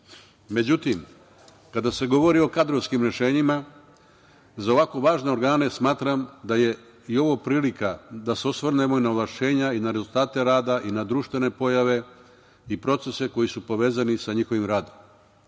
godinu.Međutim, kada se govori o kadrovskim rešenjima za ovako važne organe, smatram da je i ovo prilika da se osvrnemo na ovlašćenja i rezultate rada i društvene pojave i procese koji su povezani sa njihovim radom.